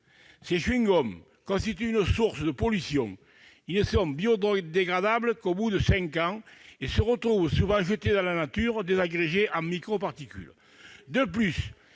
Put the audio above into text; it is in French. Ces chewing-gums constituent une source de pollution : ils ne sont biodégradables qu'au bout de cinq ans et se retrouvent souvent jetés dans la nature, désagrégés en microparticules.